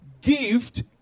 gift